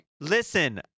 Listen